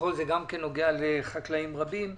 זה גם כן נוגע לחקלאים רבים,